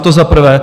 To za prvé.